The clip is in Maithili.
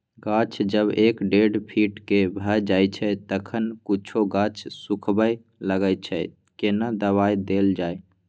गाछ जब एक डेढ फीट के भ जायछै तखन कुछो गाछ सुखबय लागय छै केना दबाय देल जाय?